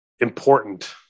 important